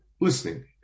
listening